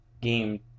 Game